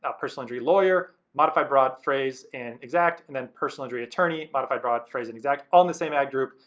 ah personal injury lawyer modified broad, phrase, and exact, and then personal injury attorney, modified broad, phrase, and exact, all in the same ad group.